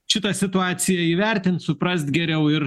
šitą situaciją įvertint suprast geriau ir